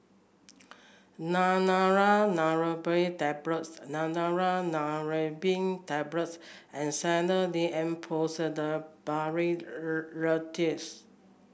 Neurobion Tablets Neurobion Tablets and Sedilix D M Pseudoephrine Linctus